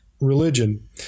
religion